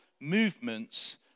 movements